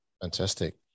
Fantastic